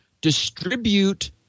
distribute